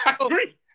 agree